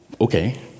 Okay